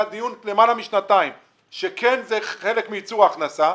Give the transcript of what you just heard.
דיון למעלה משנתיים אמר שזה כן חלק מייצור הכנסה,